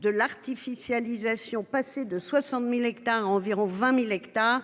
de l'artificialisation passer de 60.000 hectares environ 20.000 hectares